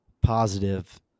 positive